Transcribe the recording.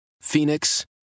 Phoenix